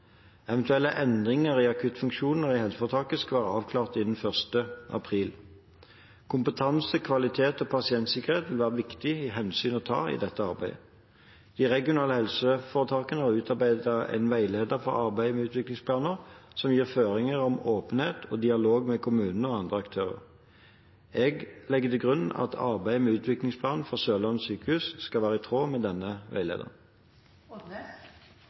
Eventuelle endringer i akuttfunksjoner i helseforetaket skal være avklart innen 1. april. Kompetanse, kvalitet og pasientsikkerhet vil være viktige hensyn å ta i dette arbeidet. De regionale helseforetakene har utarbeidet en veileder for arbeidet med utviklingsplaner som gir føringer om åpenhet og dialog med kommuner og andre aktører. Jeg legger til grunn at arbeidet med utviklingsplanen for Sørlandet sykehus skal være i tråd med denne